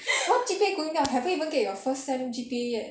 what G_P_A going down haven't even get your first sem G_P_A yet